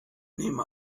nehme